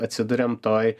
atsiduriam toj